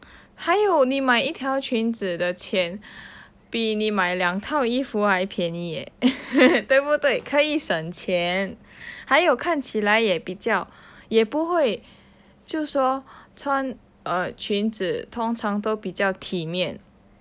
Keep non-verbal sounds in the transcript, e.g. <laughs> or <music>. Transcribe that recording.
还有你买一条裙子的钱比你买两套衣服还便宜 leh <laughs> 对不对可以省钱还有看起来也比较也不会就是说穿裙子通常都比较体面